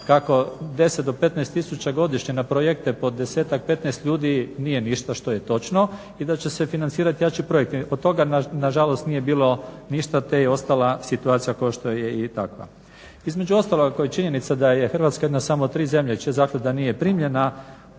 kako 10 do 15000 godišnje na projekte po desetak, petnaest ljudi nije ništa što je točno i da će se financirati jači projekti. Od toga na žalost nije bilo ništa te je ostala situacija kao što je i takva. Između ostalog ako je činjenica da je Hrvatska jedna samo od tri zemlje čija zaklada nije primljena